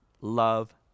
love